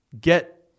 get